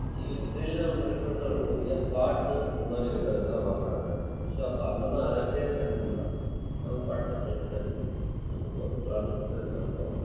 இ எளிதான முறையில் புரிந்துக்கொள்ள கூடிய பாட்டு அந்த மாதிரி இருக்கிறது தான் வாங்கிறாங்க ஸோ அப்போ அந்த மா அதற்கேற்ப என்ன பண்ணுன்னா நம்ம படத்தை செலக்ட் பண்ணி நம்ம போட்டுக்கலான்னு சொல்லிட்டு இது பண்ணுறோம்